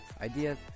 ideas